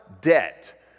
debt